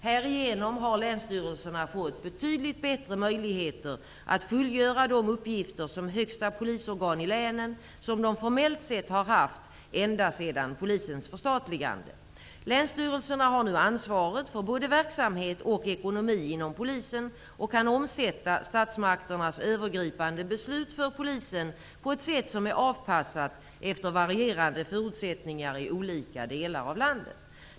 Härigenom har länsstyrelserna fått betydligt bättre möjligheter att fullgöra de uppgifter som högsta polisorgan i länen som de formellt sett har haft ända sedan polisens förstatligande. Länsstyrelserna har nu ansvaret för både verksamhet och ekonomi inom polisen och kan omsätta statsmakternas övergripande beslut för polisen på ett sätt som är avpassat efter varierande förutsättningar i olika delar av landet.